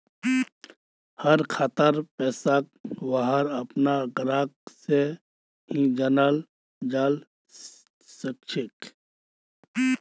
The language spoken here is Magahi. हर खातार पैसाक वहार अपनार ग्राहक से ही जाना जाल सकछे